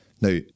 Now